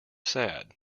sad